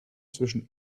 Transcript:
zwischen